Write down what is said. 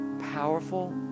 powerful